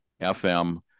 FM